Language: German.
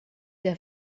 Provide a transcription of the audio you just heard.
der